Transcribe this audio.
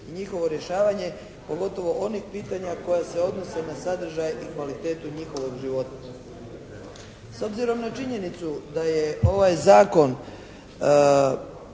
i njihovo rješavanja, pogotovo onih pitanja koja se odnose na sadržaj i kvalitetu njihova života. S obzirom na činjenicu da je ovaj zakon